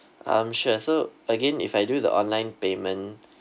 um sure so again if I do the online payment